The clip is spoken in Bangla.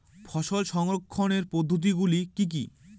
ফসল সংরক্ষণের পদ্ধতিগুলি কি কি?